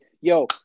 Yo